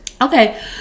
Okay